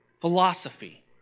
philosophy